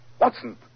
Watson